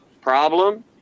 problem